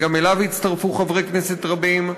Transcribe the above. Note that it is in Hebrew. וגם אליו הצטרפו חברי כנסת רבים,